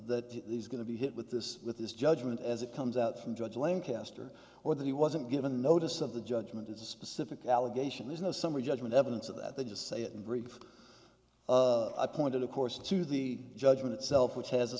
that he's going to be hit with this with this judgment as it comes out from judge lancaster or that he wasn't given notice of the judgment is a specific allegation is a summary judgment evidence of that they just say it in brief i pointed of course to the judgment itself which has a